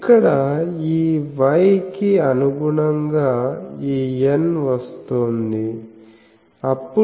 ఇక్కడ ఈ Y కి అనుగుణంగా ఈ n వస్తోంది